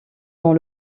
dans